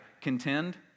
contend